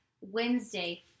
Wednesday